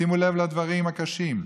שימו לב לדברים הקשים.